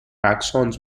axons